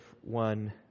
one